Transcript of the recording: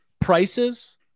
prices